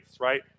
right